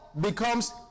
becomes